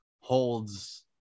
holds